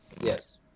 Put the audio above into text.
Yes